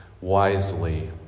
wisely